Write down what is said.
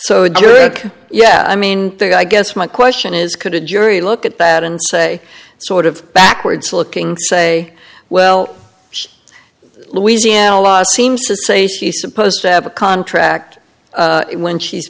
it yeah i mean i guess my question is could a jury look at that and say sort of backwards looking say well louisiana law seems to say she's supposed to have a contract when she's